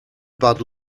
bad